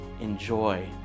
enjoy